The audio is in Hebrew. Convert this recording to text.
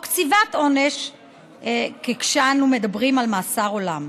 או קציבת העונש כשאנו מדברים על מאסר עולם.